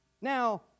Now